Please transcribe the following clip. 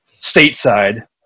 stateside